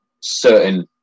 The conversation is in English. certain